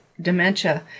dementia